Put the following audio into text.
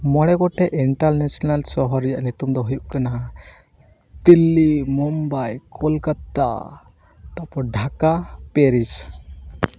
ᱢᱚᱬᱮ ᱜᱚᱴᱮᱡ ᱤᱱᱴᱟᱨᱱᱮᱥᱱᱮᱞ ᱥᱚᱦᱚᱨ ᱨᱮᱭᱟᱜ ᱧᱩᱛᱩᱢ ᱫᱚ ᱦᱩᱭᱩᱜ ᱠᱟᱱᱟ ᱫᱤᱞᱞᱤ ᱢᱩᱢᱵᱟᱭ ᱠᱳᱞᱠᱟᱛᱟ ᱛᱟᱯᱚᱨ ᱰᱷᱟᱠᱟ ᱯᱮᱨᱤᱥ